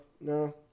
No